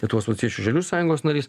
lietuvos valstiečių žaliųjų sąjungos narys